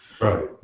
Right